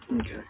Okay